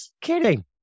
kidding